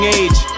age